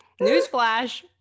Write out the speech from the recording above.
newsflash